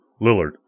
Lillard